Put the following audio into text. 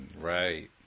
Right